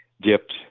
dipped